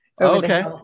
okay